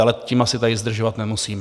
Ale tím asi tady zdržovat nemusíme.